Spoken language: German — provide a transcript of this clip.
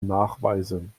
nachweisen